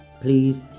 Please